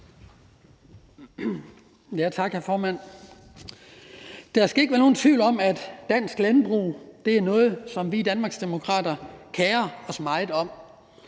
Tak, hr. formand. Der skal ikke være nogen tvivl om, at dansk landbrug er noget, som vi Danmarksdemokrater kerer os meget om.